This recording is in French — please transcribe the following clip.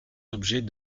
objets